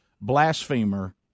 blasphemer